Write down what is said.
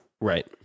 Right